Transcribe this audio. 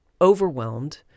overwhelmed